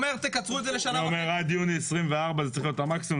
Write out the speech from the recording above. אני אומר עד יוני 2024 זה צריך להיות המקסימום.